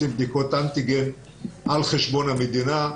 ולכן הן עושות בדיקות אנטיגן על חשבון המדינה.